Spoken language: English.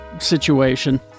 situation